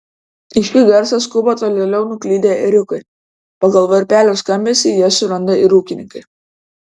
į šį garsą skuba tolėliau nuklydę ėriukai pagal varpelio skambesį jas suranda ir ūkininkai